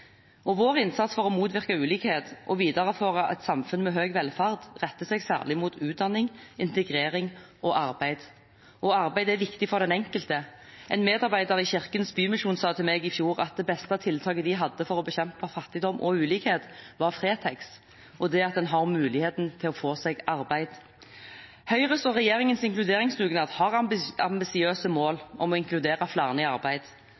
fellesskapet. Vår innsats for å motvirke ulikhet og videreføre et samfunn med høy velferd retter seg særlig mot utdanning, integrering og arbeid. Og arbeid er viktig for den enkelte. En medarbeider i Kirkens Bymisjon sa til meg i fjor at det beste tiltaket de hadde for å bekjempe fattigdom og ulikhet, var Fretex og det at en har muligheten til å få seg arbeid. Høyres og regjeringens inkluderingsdugnad har ambisiøse mål om å inkludere flere i arbeid,